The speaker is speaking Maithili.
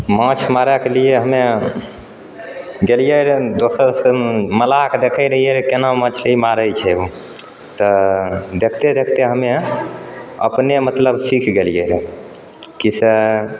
माछ मारयके लिए हमे गेलिए रऽ दोपहर उपहरमे मल्लाहके देखे रहिए केना मछली मारै छै ओतऽ देखते देखते हमे अपने मतलब सीख गेलिए रऽ की से